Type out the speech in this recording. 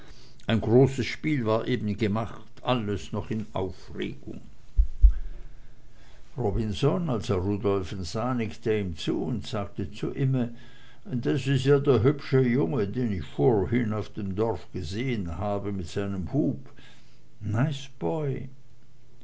ein großes spiel war eben gemacht alles noch in aufregung robinson als er rudolfen sah nickte ihm zu und sagte zu imme das is ja der hübsche junge den ich vorhin auf dem hof gesehen habe mit seinem hoop nice boy